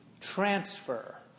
transfer